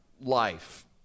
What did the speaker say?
life